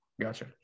Gotcha